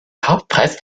kaufpreis